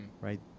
right